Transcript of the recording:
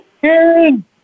Karen